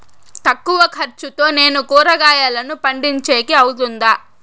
తక్కువ ఖర్చుతో నేను కూరగాయలను పండించేకి అవుతుందా?